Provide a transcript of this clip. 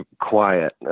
quiet